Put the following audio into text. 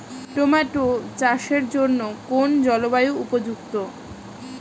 Tomato চাষের জন্য কোন জলবায়ু উপযুক্ত?